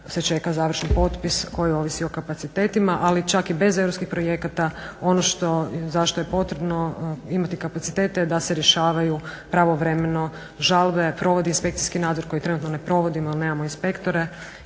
se čeka završni potpis koji ovisi o kapacitetima, ali čak i bez europskih projekata ono za što je potrebno imati kapacitete da se rješavaju pravovremeno žalbe, provodi inspekcijski nadzor koji trenutno ne provodimo jer nemamo inspektore